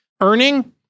earning